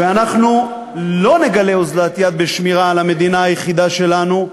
ואנחנו לא נגלה אוזלת יד בשמירה על המדינה היחידה שלנו,